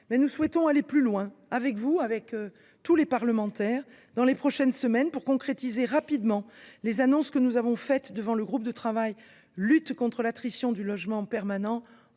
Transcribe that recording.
Mais nous souhaitons aller plus loin, avec tous les parlementaires, dans les prochaines semaines, pour concrétiser rapidement les annonces que nous avons faites devant le groupe de travail sur l’attrition des logements permanents